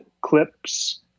clips